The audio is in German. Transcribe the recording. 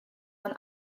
man